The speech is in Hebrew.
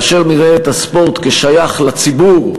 כאשר נראה את הספורט כשייך לציבור,